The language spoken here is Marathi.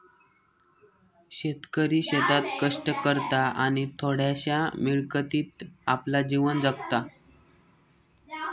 शेतकरी शेतात कष्ट करता आणि थोड्याशा मिळकतीत आपला जीवन जगता